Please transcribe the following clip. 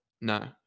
no